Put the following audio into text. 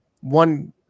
one